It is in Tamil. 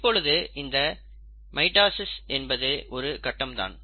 இப்பொழுது இந்த மைட்டாசிஸ் என்பதும் ஒரு கட்டம்தான்